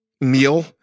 meal